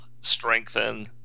strengthen